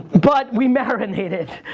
but we marinated.